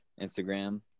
instagram